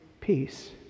peace